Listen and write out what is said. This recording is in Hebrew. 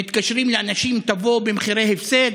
מתקשרים לאנשים: תבואו, במחירי הפסד?